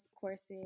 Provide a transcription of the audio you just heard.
courses